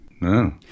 No